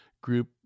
group